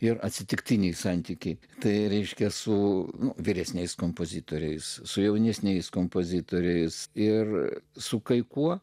ir atsitiktiniai santykiai tai reiškia su vyresniais kompozitoriais su jaunesniais kompozitoriais ir su kai kuo